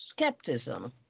skepticism